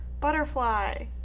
Butterfly